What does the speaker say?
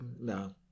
No